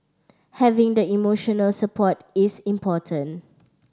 having the emotional support is important